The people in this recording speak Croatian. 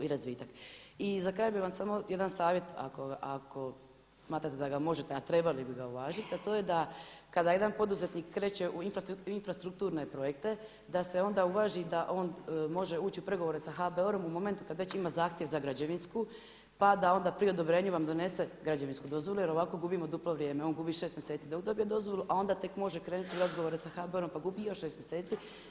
I za kraj bih vam samo jedan savjet ako smatrate da ga možete, a trebali bi ga uvažiti a to je da kada jedan poduzetnik kreće u infrastrukturne projekte da se onda uvaži da on može ući u pregovore sa HBOR-om u momentu kada već ima zahtjev za građevinsku pa da onda pri odobrenju vam donese građevinsku dozvolu jer ovako gubimo duplo vrijeme, on gubi 6 mjeseci dok dobije dozvolu a onda tek može krenuti u razgovore sa HBOR-om pa gubi još 6 mjeseci.